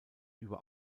über